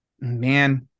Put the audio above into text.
man